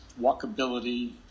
walkability